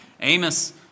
Amos